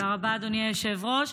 תודה רבה, אדוני היושב-ראש.